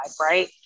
right